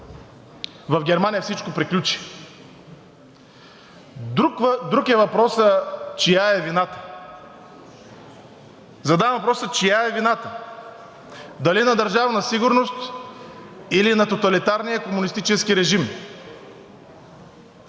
в Германия всичко приключи. Друг е въпросът: чия е вината? Задавам въпроса: чия е вината – дали на Държавна сигурност, или на тоталитарния комунистически режим?